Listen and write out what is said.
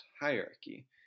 hierarchy